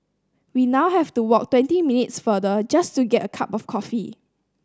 we now have to walk twenty minutes farther just to get a cup of coffee